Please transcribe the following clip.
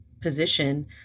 position